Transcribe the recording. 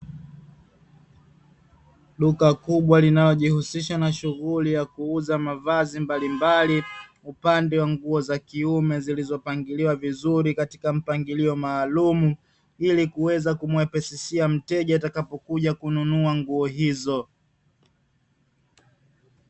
Duka kubwa linalojihusisha na shughuli ya kuuza mavazi mbalimbali upande wa nguo za kiume zilizopangiliwa vizuri katika mpangilio maalumu, ili kuweza kumuwepesia mteja atakapokuja kununua nguo hizo.